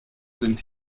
sind